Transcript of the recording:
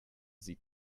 sie